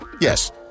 Yes